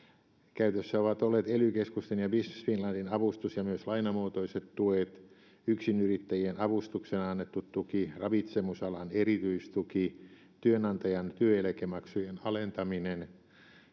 käytössä ovat olleet ely keskusten ja business finlandin avustus ja myös lainamuotoiset tuet yksinyrittäjien avustuksena annettu tuki ravitsemusalan erityistuki työnantajan työeläkemaksujen alentaminen